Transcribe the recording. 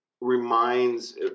reminds